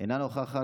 אינה נוכחת.